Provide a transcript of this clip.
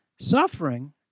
suffering